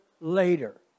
later